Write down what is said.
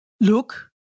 Look